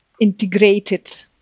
integrated